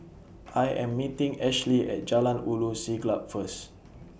I Am meeting Ashley At Jalan Ulu Siglap First